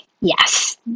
Yes